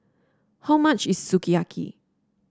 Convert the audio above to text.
how much is Sukiyaki